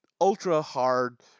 ultra-hard